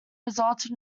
resulted